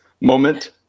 Moment